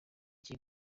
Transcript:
iki